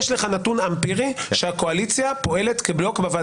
יש מי שמנהל את הקואליציה, קוראים